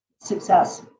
success